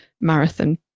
Marathon